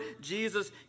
Jesus